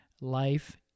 Life